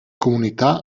comunità